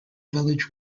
village